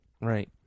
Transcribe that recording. Right